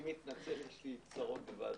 אני מתנצל, יש לי צרות בוועדה אחרת.